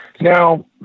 now